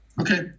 Okay